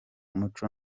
umuco